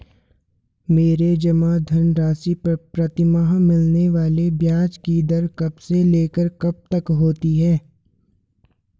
मेरे जमा धन राशि पर प्रतिमाह मिलने वाले ब्याज की दर कब से लेकर कब तक होती है?